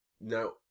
Now